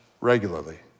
regularly